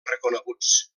reconeguts